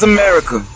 America